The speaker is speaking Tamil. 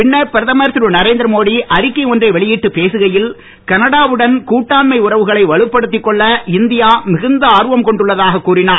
பின்னர் பிரதமர் திருநரேந்திர மோடி அறிக்கை ஒன்றை வெளியிட்டுப் பேசுகையில் கனடா வுடன் கூட்டாண்மை உறவுகளை வலுப்படுத்திக் கொள்ள இந்தியா மிகுந்த ஆர்வம் கொண்டுள்ளதாகக் கூறிஞர்